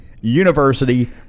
University